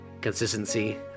consistency